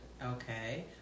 Okay